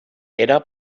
era